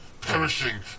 Perishing